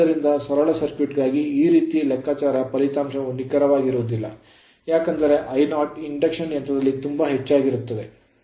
ಆದ್ದರಿಂದ ಸರಳ ಸರ್ಕ್ಯೂಟ್ ಗಾಗಿ ಈ ರೀತಿಯ ಲೆಕ್ಕಾಚಾರ ಫಲಿತಾಂಶವು ನಿಖರವಾಗಿರುವುದಿಲ್ಲ ಏಕೆಂದರೆ ಈ I0 ಇಂಡಕ್ಷನ್ ಯಂತ್ರಕ್ಕೆ ತುಂಬಾ ಹೆಚ್ಚಾಗಿರುತ್ತದೆ